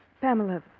Pamela